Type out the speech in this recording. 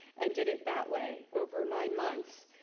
and did it that way over nine months.